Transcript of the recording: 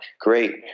Great